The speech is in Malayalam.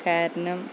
കാരണം